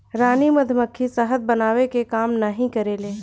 रानी मधुमक्खी शहद बनावे के काम नाही करेले